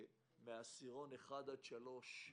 שמעשירון 1 עד 3,